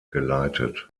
geleitet